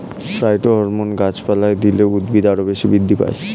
phytohormone গাছপালায় দিলে উদ্ভিদ আরও বেশি বৃদ্ধি পায়